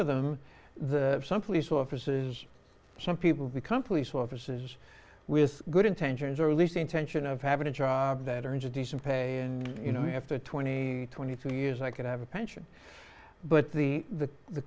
of them some police offices some people become police officers with good intentions or least intention of having a job that earns a decent pay and you know after twenty twenty two years i could have a pension but the the the